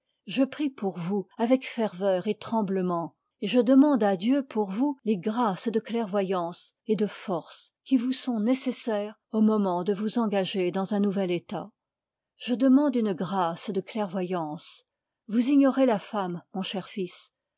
je prie pour vous avec ferveur et tremblement et je demande à dieu pour vous les grâces de clairvoyance et de force qui vous sont nécessaires au moment de vous engager dans un nouvel état je demande une grâce de clairvoyance vous ignorez la femme mon cher fils